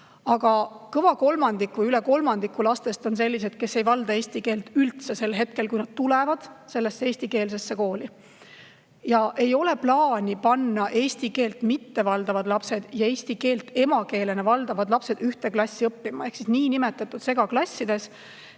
Aga kõva kolmandik või veidi üle kolmandiku lastest on sellised, kes ei valda eesti keelt üldse, kui nad tulevad sellesse eestikeelsesse kooli. Ei ole plaani panna eesti keelt mitte valdavad lapsed ja eesti keelt emakeelena rääkivad lapsed ühte klassi õppima niinimetatud segaklassides.